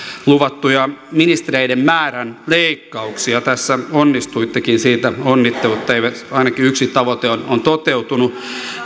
luvattuja ministerien määrän leikkauksia tässä onnistuittekin siitä onnittelut teille ainakin yksi tavoite on on toteutunut